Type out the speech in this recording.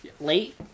late